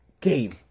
game